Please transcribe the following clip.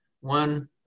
one